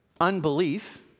unbelief